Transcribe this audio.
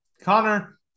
Connor